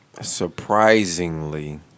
Surprisingly